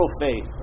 faith